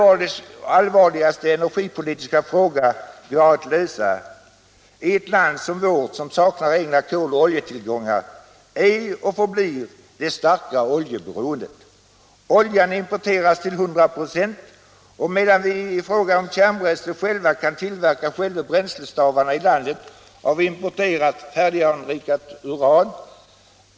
Det allvarligaste energipolitiska problem vi har att lösa — i ett land som vårt som saknar egna koloch oljetillgångar — är och förblir det starka oljeberoendet. Oljan importeras till 100 96, medan vi i fråga om kärnbränsle själva kan tillverka bränslestavarna i landet av importerat, färdiganrikat uran.